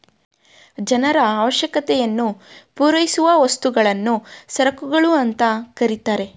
ಜನರ ಅವಶ್ಯಕತೆಯನ್ನು ಪೂರೈಸುವ ವಸ್ತುಗಳನ್ನು ಸರಕುಗಳು ಅಂತ ಕರೆತರೆ